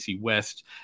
West